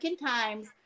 times